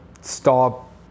stop